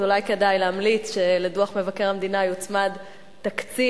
אז אולי כדאי להמליץ שלדוח מבקר המדינה יוצמד תקציר,